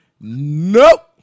Nope